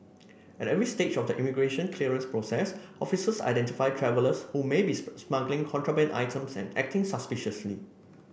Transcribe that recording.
at every stage of the immigration clearance process officers identify travellers who may be smuggling contraband items and acting suspiciously